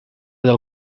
del